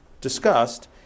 discussed